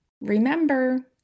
remember